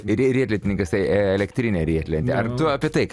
rieriedlininkas elektrinė riedlentė ar tu apie tai